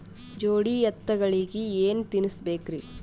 ಜೋಡಿ ಎತ್ತಗಳಿಗಿ ಏನ ತಿನಸಬೇಕ್ರಿ?